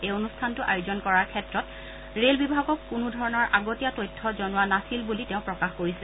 এই অনুষ্ঠানটো আয়োজন কৰাৰ ক্ষেত্ৰত ৰে'ল বিভাগক কোনোধৰণৰ আগতীয়া তথ্য জনোৱা নাছিল বুলি তেওঁ প্ৰকাশ কৰিছে